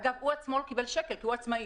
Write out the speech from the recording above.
אגב הוא עצמו לא קיבל שקל על הדבר הזה כי הוא עצמאי.